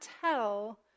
tell